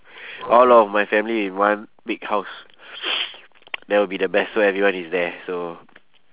all of my family in one big house that would be the best so everyone is there so